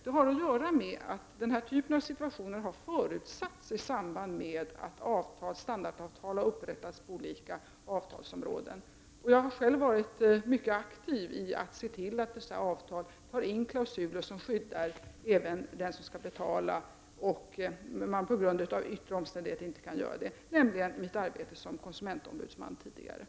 Det har att göra med att den här typen av situationer har förutsatts i samband med att standardavtal har upprättats på olika avtalsområden. Jag var själv i mitt tidigare arbete som konsumentombudsman mycket aktiv när det gällde att se till att man i dessa avtal tar in klausuler som skyddar även den som skall betala men på grund av yttre omständigheter inte kan göra det.